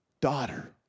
daughter